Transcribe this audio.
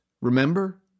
Remember